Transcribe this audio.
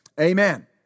Amen